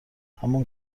همان